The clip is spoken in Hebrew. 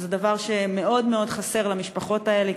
זה דבר שמאוד מאוד חסר למשפחות האלה,